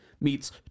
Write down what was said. meets